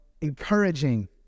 encouraging